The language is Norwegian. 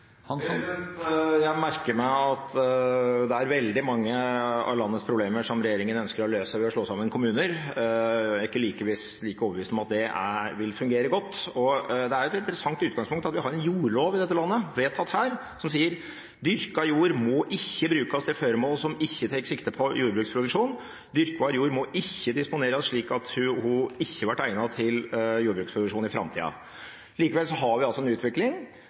Jeg merker meg at det er veldig mange av landets problemer som regjeringen ønsker å løse ved å slå sammen kommuner. Jeg er ikke like overbevist om at det vil fungere godt. Det er et interessant utgangspunkt at vi har en jordlov i dette landet, vedtatt her, som sier: «Dyrka jord må ikkje brukast til føremål som ikkje tek sikte på jordbruksproduksjon. Dyrkbar jord må ikkje disponerast slik at ho ikkje vert eigna til jordbruksproduksjon i framtida.» Likevel har vi altså en utvikling